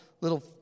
little